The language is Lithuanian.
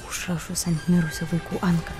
užrašus ant mirusių vaikų antka